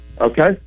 Okay